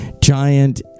Giant